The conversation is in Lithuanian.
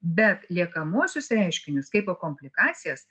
bet liekamuosius reiškinius kaipo komplikacijas